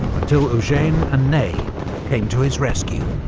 until eugene and ney came to his rescue.